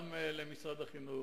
גם למשרד החינוך,